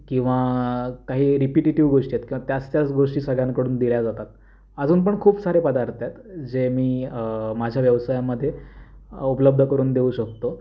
किंवा काही रिपिटेटिव्ह गोष्टी आहेत किंवा त्याच त्याच गोष्टी सगळ्यांकडून दिल्या जातात अजून पण खूप सारे पदार्थ आहेत जे मी माझ्या व्यवसायामध्ये उपलब्ध करून देऊ शकतो